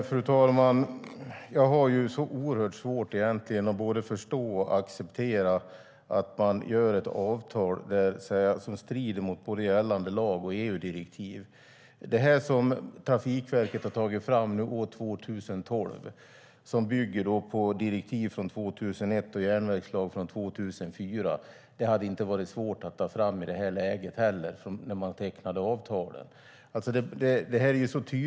Fru talman! Jag har oerhört svårt att både förstå och acceptera att man gör ett avtal som strider mot både gällande lag och EU-direktiv. Det som Trafikverket har tagit fram 2012, som bygger på direktiv från 2001 och järnvägslag från 2004, hade inte varit svårt att ta fram när man tecknade avtalet.